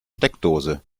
steckdose